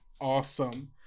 Awesome